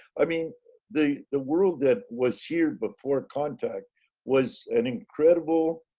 i mean the the world that was here before contact was an incredible